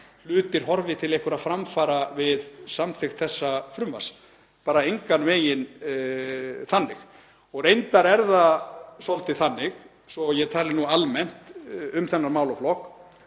hlutir horfi til einhverra framfara við samþykkt þessa frumvarps, það er bara engan veginn þannig. Reyndar er það svolítið þannig, svo að ég tali nú almennt um þennan málaflokk,